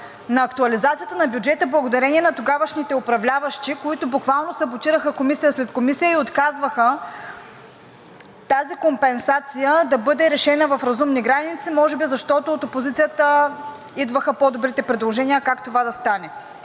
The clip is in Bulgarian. на актуализацията на бюджета благодарение на тогавашните управляващи, които буквално саботираха комисия след комисия и отказваха тази компенсация да бъде решена в разумни граници, може би защото от опозицията идваха по-добрите предложения как това да стане